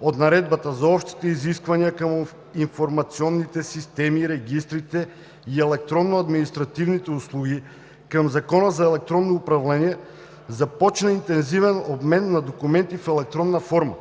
от Наредбата за общите изисквания към информационните системи, регистрите и електронните административни услуги към Закона за електронно управление започна интензивен обмен на документи в електронна форма.